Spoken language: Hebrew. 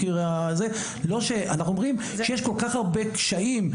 אנחנו אומרים שיש כל כך הרבה קשיים,